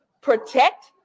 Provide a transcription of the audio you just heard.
protect